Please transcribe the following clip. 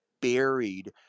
buried